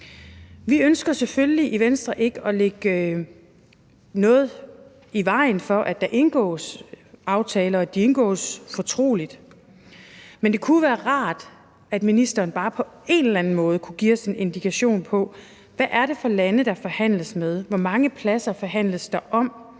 Vi ønsker selvfølgelig i Venstre ikke at lægge noget i vejen for, at der indgås aftaler, og at de indgås fortroligt. Men det kunne jo være rart, at ministeren bare på en eller anden måde kunne give os en indikation på: Hvad er det for lande, der forhandles med? Hvor mange pladser forhandles der om?